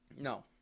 No